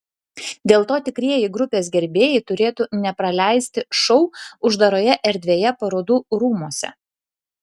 dėl to tikrieji grupės gerbėjai turėtų nepraleisti šou uždaroje erdvėje parodų rūmuose